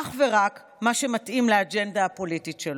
אך ורק מה שמתאים לאג'נדה הפוליטית שלו.